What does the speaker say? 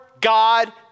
God